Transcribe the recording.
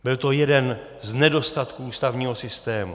Byl to jeden z nedostatků ústavního systému.